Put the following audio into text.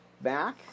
Back